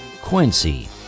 Quincy